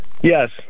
Yes